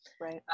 right